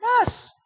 Yes